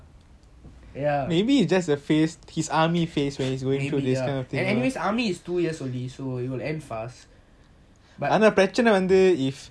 ya maybe lah so anyways army is two years only so it will end fast